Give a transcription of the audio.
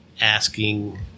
asking